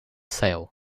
sail